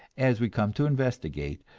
as we come to investigate,